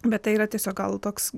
bet tai yra tiesiog gal toks